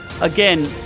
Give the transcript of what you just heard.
again